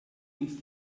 ist